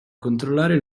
controllare